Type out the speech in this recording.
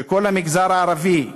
היא שכל המגזר הערבי,